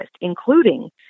including